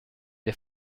des